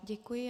Děkuji.